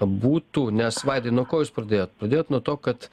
būtų nes vaidai ko jūs padėjot padėjot nuo to kad